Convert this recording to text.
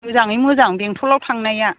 मोजाङै मोजां बेंटलाव थांनाया